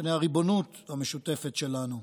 בפני הריבונות המשותפת שלנו.